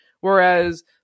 whereas